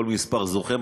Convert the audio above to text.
כל מספר זוכה,